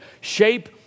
shape